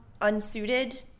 unsuited